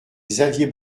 xavier